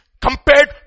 compared